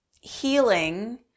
healing